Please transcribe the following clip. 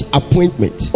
appointment